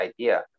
idea